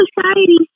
society